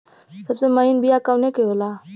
सबसे महीन बिया कवने के होला?